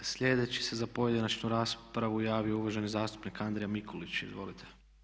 Sljedeći se za pojedinačnu raspravu javio uvaženi zastupnik Andrija Mikulić, izvolite.